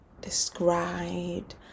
described